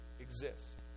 exist